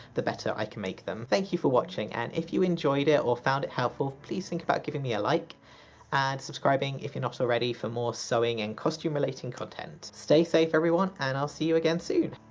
the better i can make them. thank you for watching and if you enjoyed it or found it helpful, please think about giving me a like and subscribing if you're not already for more sewing and costume relating content. stay safe everyone, and i'll see you again soon!